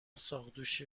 ساقدوش